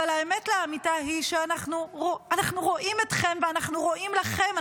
אבל האמת לאמיתה היא שאנחנו רואים אתכם ואנחנו רואים לכם.